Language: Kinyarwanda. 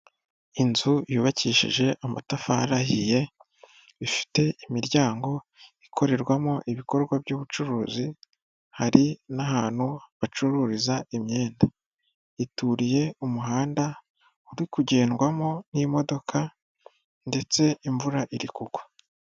Inzu yubakishije amatafari ahiye ifite imiryango ikorerwamo ibikorwa by'ubucuruzi, hari n'ahantu bacururiza imyenda, ituriye umuhanda uri kugendwamo n'imodoka, ndetse imvura iri kugwa.